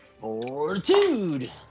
Fortitude